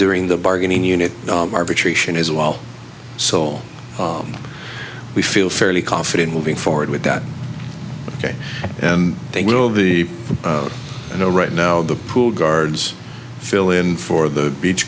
during the bargaining unit arbitration as well so all we feel fairly confident moving forward with that ok and they will be you know right now the pool guards fill in for the beach